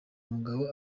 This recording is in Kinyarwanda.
mugabo